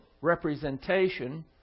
representation